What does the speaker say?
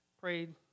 prayed